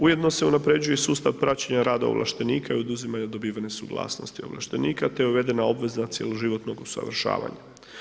Ujedno se unapređuje sustav praćenja rada ovlaštenika i oduzimaju dobivene suglasnosti ovlaštenika te je uvedena obveza cjeloživotnog usavršavanja.